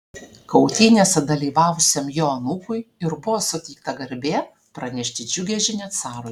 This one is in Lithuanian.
kautynėse dalyvavusiam jo anūkui ir buvo suteikta garbė pranešti džiugią žinią carui